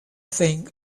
thing